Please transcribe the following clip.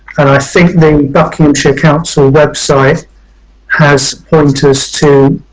and i think the buckinghamshire council website has pointers to,